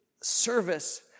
service